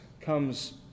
comes